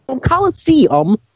Coliseum